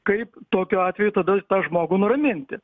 kaip tokiu atveju tada tą žmogų nuraminti